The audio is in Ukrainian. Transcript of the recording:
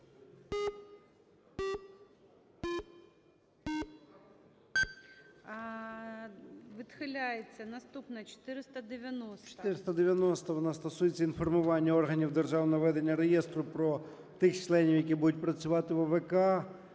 ЧЕРНЕНКО О.М. 490-а, вона стосується інформування органів Державного ведення реєстру про тих членів, які будуть працювати у ОВК.